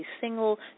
single